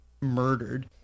murdered